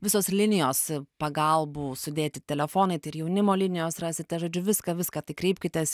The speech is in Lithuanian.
visos linijos pagalbų sudėti telefonai ir jaunimo linijos rasite žodžiu viską viską tai kreipkitės